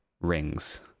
rings